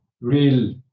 real